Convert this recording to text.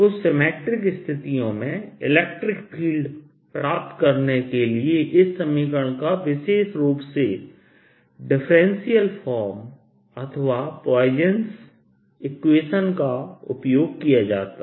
कुछ सिमेट्रिक स्थितियों में इलेक्ट्रिक फील्ड प्राप्त करने के लिए इस समीकरण का विशेष रुप से डिफरेंशियल फॉर्म अथवा पॉइसन इक्वेशनPoisson's Equation का उपयोग किया जा सकता है